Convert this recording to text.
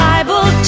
Bible